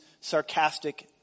Sarcastic